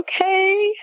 okay